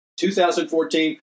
2014